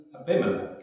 Abimelech